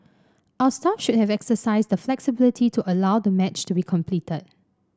our staff should have exercised the flexibility to allow the match to be completed